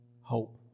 Hope